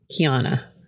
Kiana